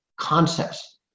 concepts